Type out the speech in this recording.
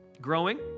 Growing